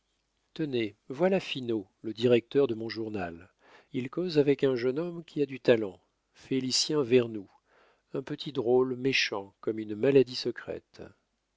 tenez voilà finot le directeur de mon journal il cause avec un jeune homme qui a du talent félicien vernou un petit drôle méchant comme une maladie secrète